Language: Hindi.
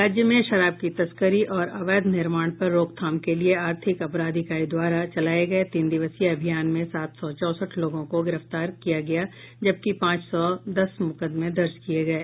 राज्य में शराब की तस्करी और अवैध निर्माण पर रोकथाम के लिए आर्थिक अपराध इकाई द्वारा चलाये गये तीन दिवसीय अभियान में सात सौ चौसठ लोगों को गिरफ्तार किया गया जबकि पांच सौ दस मुकदमें दर्ज किये गये